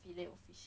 filet O fish